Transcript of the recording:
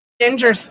ginger